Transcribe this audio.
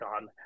on